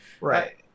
Right